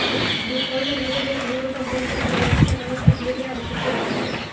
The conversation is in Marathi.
डिफॉल्ट होण्याच्या जोखमीवर कंपनीच्या कर्जाचो समावेश असलेले आर्थिक व्यवहार